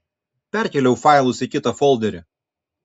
perkėliau failus į kitą folderį